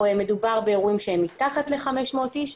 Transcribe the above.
או אם מה קורה כאשר מדובר באירועים שהם מתחת ל-500 אנשים,